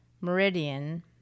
Meridian